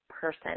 person